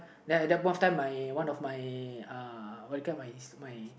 then at that point of time my one my uh what you call my my